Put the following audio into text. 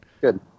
Good